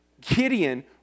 Gideon